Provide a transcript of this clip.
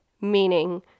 Meaning